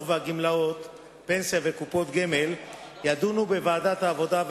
וגמלאות הפנסיה וקופות הגמל יידון בוועדת העבודה,